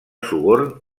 suborn